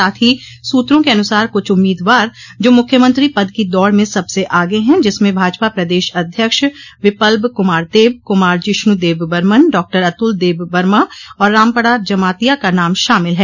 साथ ही सूत्रों के अनुसार कुछ उम्मीदवार जो मुख्यमंत्री पद की दौड़ में सबसे आगे है जिसमें भाजपा प्रदेश अध्यक्ष विपल्ब कुमार देब कुमार जिष्णु देबबर्मन डॉ अतुल देबबर्मा और रामपडा जमातिया का नाम शामिल हैं